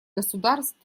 государств